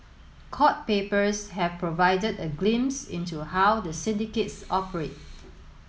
court papers have provided a glimpse into how the syndicates operate